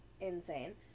insane